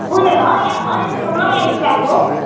कुन अहिले अहिलेको नयाँ स्टाइलको